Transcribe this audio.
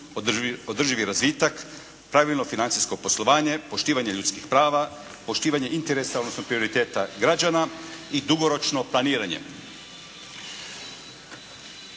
održivi razvitak, pravilno financijsko poslovanje, poštivanje ljudskih prava, poštivanje interesa, odnosno prioriteta građana i dugoročno planiranje.